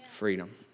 freedom